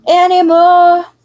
anymore